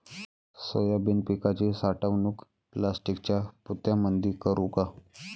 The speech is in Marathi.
सोयाबीन पिकाची साठवणूक प्लास्टिकच्या पोत्यामंदी करू का?